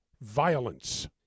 violence